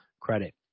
credit